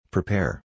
Prepare